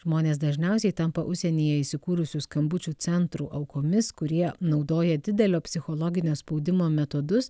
žmonės dažniausiai tampa užsienyje įsikūrusių skambučių centrų aukomis kurie naudoja didelio psichologinio spaudimo metodus